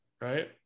right